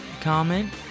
comment